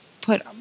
put